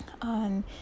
on